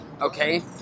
okay